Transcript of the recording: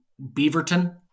Beaverton